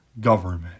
government